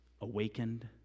awakened